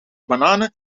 bananen